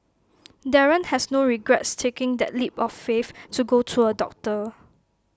Darren has no regrets taking that leap of faith to go to A doctor